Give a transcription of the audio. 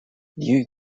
liu